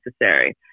necessary